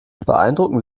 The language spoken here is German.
beeindrucken